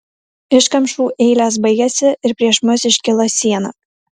iškamšų eilės baigėsi ir prieš mus iškilo siena